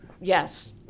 yes